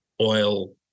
oil